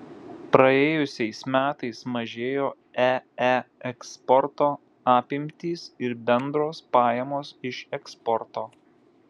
praėjusiais metais mažėjo ee eksporto apimtys ir bendros pajamos iš eksporto